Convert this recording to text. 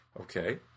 Okay